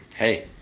Hey